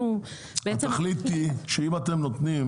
אנחנו בעצם --- התכלית היא שאם אתם נותנים